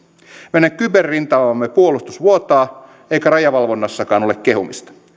meidän kyberrintamamme puolustus vuotaa eikä rajavalvonnassakaan ole kehumista